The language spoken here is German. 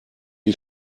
ich